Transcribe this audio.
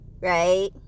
Right